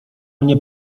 mnie